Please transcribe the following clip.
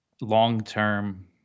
long-term